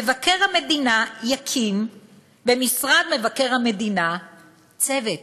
מבקר המדינה יקים במשרד מבקר המדינה צוות